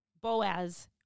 Boaz